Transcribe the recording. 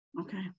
okay